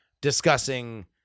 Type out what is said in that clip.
discussing